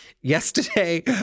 yesterday